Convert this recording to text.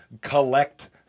collect